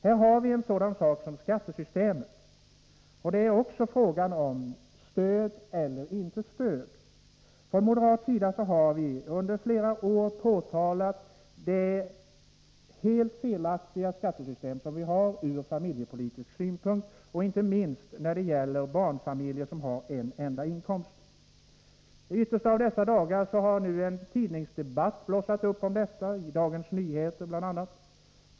Ett exempel på detta är skattesystemet, och det är också fråga om stöd eller inte stöd. Från moderat sida har vi under flera år påtalat att det skattesystem som vi har är helt felaktigt ur familjepolitisk synpunkt, inte minst när det gäller barnfamiljer som har en enda inkomst. I dessa dagar har en tidningsdebatt blossat upp om detta, bl.a. i Dagens Nyheter.